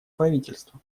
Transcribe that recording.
правительства